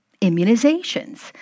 immunizations